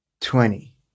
twenty